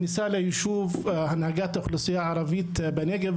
הנהגת האוכלוסייה הערבית בנגב,